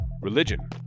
religion